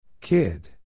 Kid